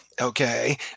okay